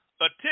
attend